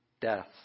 death